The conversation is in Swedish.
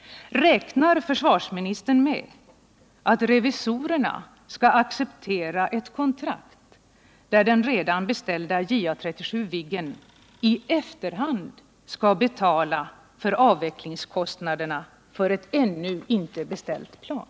Räknar försvarsministern med att revisorerna skall acceptera ett kontrakt där den redan beställda JA 37 Viggen i efterhand skall betala för avvecklingskostnaderna för ett ännu inte beställt plan?